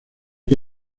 que